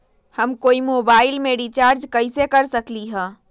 हम कोई मोबाईल में रिचार्ज कईसे कर सकली ह?